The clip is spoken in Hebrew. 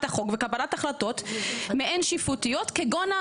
החוק וקבלת החלטות מעין שיפוטיות כגון,